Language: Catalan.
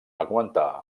augmentar